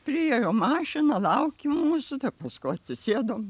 priėjom mašina laukė mūsų tai paskui atsisėdom